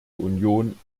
union